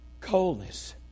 Coldness